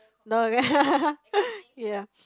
no yeah